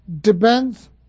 depends